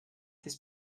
this